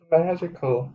magical